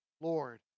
Lord